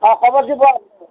অঁ খবৰ দিব আপুনি